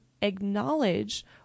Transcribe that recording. acknowledge